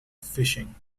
fishing